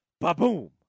ba-boom